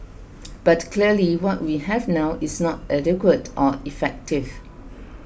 but clearly what we have now is not adequate or effective